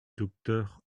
docteur